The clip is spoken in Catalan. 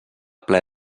ple